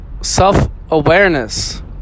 self-awareness